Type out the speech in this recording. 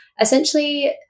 essentially